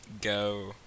go